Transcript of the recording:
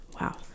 Wow